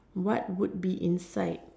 what would be inside